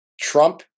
Trump